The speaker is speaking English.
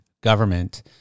government